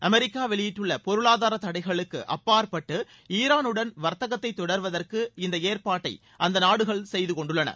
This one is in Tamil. அமெரிக்கா வெளியிட்டுள்ள பொருளாதாரத் தடைகளுக்கு அப்பாற்பட்டு ஈரானுடன் வர்த்தகத்தை தொடர்வதற்கு இந்த ஏற்பாட்டை அந்த நாடுகள் செய்து கொண்டுள்ளன